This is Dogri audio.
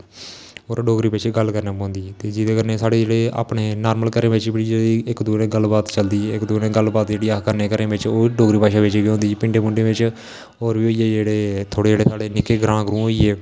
होर डोगरी बिच्च गै गल्ल करना पौंदी ते जेह्दे कन्नै साढ़े जेह्ड़े अपने नार्मल घरें बिच्च बी इक दुए कन्नै गल्ल बात चलदी इक दुए कन्नै गल्ल बात जेह्ड़ी अस करने घरें बिच्च ओह् डोगरी भाशा बिच्च गै होंदी पिंडें पुंडें बिच्च होर जेह्ड़े साढ़े निक्के ग्रांऽ ग्रूं होई गे